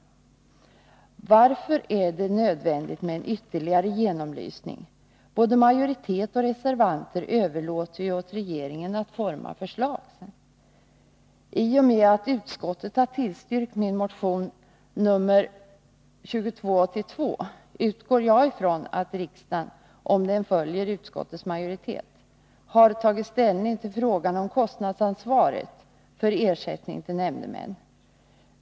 Varför är det nödvändigt med en ytterligare genomlysning? Både majoritet och reservanter överlåter ju åt regeringen att forma ett förslag. I och med att utskottet har tillstyrkt min motion nr 2282 utgår jag från att riksdagen — om den följer utskottets majoritet — har tagit ställning till frågan om kostnadsansvaret för ersättning till nämndemän.